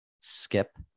skip